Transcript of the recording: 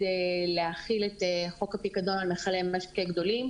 להחיל את חוק הפיקדון על מיכלי משקה גדולים.